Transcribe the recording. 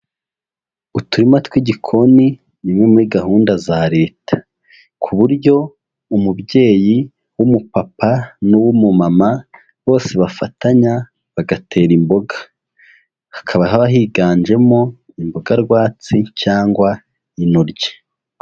Uturima tw'igikoni ni imwe muri gahunda za Leta, ku buryo umubyeyi w'umupapa n'uw'umumama bose bafatanya bagatera imboga. Hakaba haba higanjemo imboga rwatsi cyangwa intoryi.